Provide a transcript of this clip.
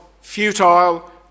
futile